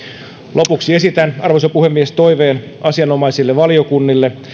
lopuksi esitän arvoisa puhemies toiveen asianomaisille valiokunnille